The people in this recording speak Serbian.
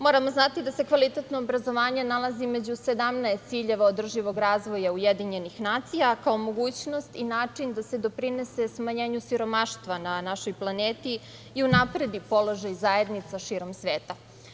Moramo znati da se kvalitetno obrazovanje nalazi među 17 ciljeva održivog razvoja UN kao mogućnost i način da se doprinese smanjenju siromaštva na našoj planeti i unapredi položaj zajednica širom sveta.